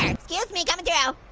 um excuse me, coming yeah